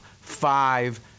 five